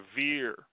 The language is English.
severe